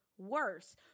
worse